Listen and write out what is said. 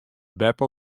beppe